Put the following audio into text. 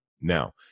Now